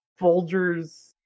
Folgers